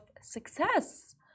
success